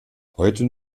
heute